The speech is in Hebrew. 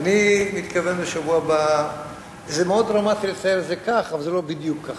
זה מאוד דרמטי לתאר את זה כך, אבל